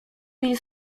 mil